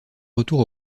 retour